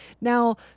Now